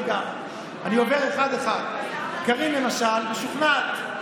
רגע, אני עובר אחד-אחד: קארין למשל משוכנעת.